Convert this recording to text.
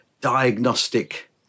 diagnostic